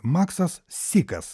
maksas sykas